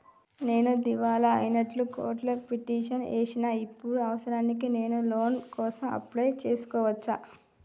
నేను దివాలా అయినట్లు కోర్టులో పిటిషన్ ఏశిన ఇప్పుడు అవసరానికి నేను లోన్ కోసం అప్లయ్ చేస్కోవచ్చా?